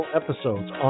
episodes